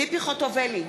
ציפי חוטובלי,